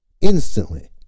instantly